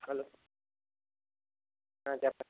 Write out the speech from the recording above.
hello చెప్పండి